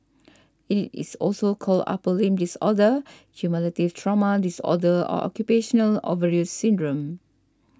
it is also called upper limb disorder cumulative trauma disorder or occupational overuse syndrome